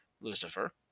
lucifer